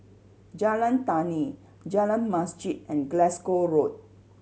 Jalan Tani Jalan Masjid and Glasgow Road